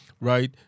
right